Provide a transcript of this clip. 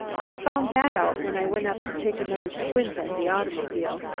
i found that out when i went up to take another squint at the automobile.